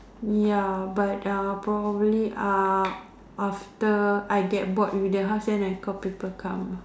ya but uh probably uh after I get bored with the house then I call people come